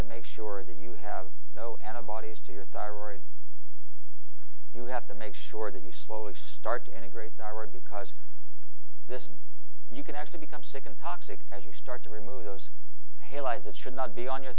to make sure that you have no antibodies to your thyroid you have to make sure that you slowly start to integrate because this you can actually become sick and toxic as you start to remove those headlines that should not be on your